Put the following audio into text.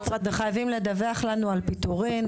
וחייבים לדווח לנו על פיטורין,